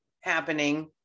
happening